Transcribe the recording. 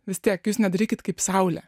vis tiek jūs nedarykit kaip saulė